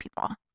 people